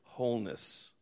wholeness